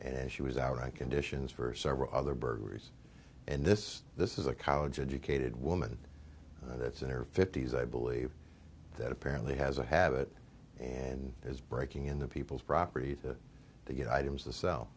and she was out i conditions for several other burglaries and this this is a college educated woman that's in her fifty's i believe that apparently has a habit and is breaking in the people's property that they get items to sell